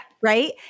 Right